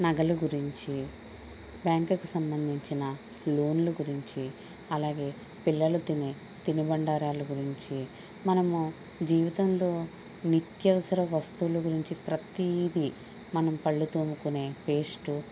నగలు గురించి బ్యాంకుకు సంబంధించిన లోన్లు గురించి అలాగే పిల్లలు తినే తినుబండారాల గురించి మనము జీవితంలో నిత్యావసర వస్తువులు గురించి ప్రతీది మనం పళ్ళు తోముకునే పేస్ట్